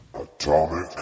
Atomic